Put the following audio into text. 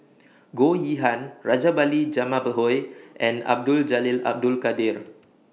Goh Yihan Rajabali Jumabhoy and Abdul Jalil Abdul Kadir